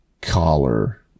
collar